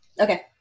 Okay